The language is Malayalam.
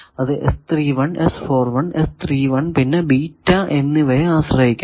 അത് പിന്നെ ബീറ്റ എന്നിവയെ ആശ്രയിക്കുന്നു